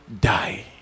die